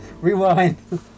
Rewind